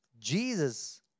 Jesus